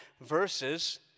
verses